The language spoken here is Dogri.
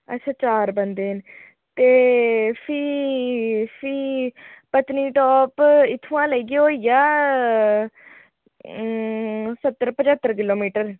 अच्छा चार बंदे न ते फ्ही फ्ही पत्नीटाप इत्थुआं लेइयै होइया स्हत्तर पंज्हत्तर किलोमीटर